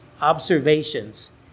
observations